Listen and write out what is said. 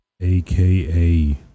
AKA